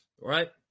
Right